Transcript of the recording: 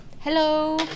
Hello